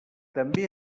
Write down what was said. també